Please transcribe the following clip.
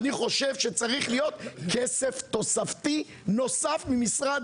אני חושב שצריך להיות כסף תוספתי נוסף ממשרד